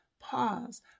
pause